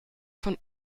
von